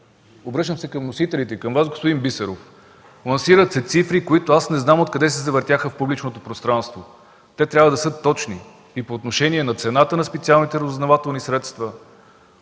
Обръщам се към вносителите и към Вас, господин Бисеров: лансирате цифри, които аз не знам откъде се завъртяха в публичното пространство. Те трябва да са точни и по отношение на цената на специалните разузнавателни средства.